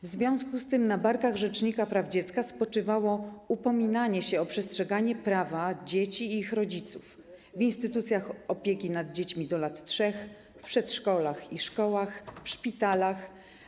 W związku z tym na barkach rzecznika praw dziecka spoczywało upominanie się o przestrzeganie prawa dzieci i ich rodziców w instytucjach opieki nad dziećmi do lat 3, w przedszkolach i szkołach, w szpitalach.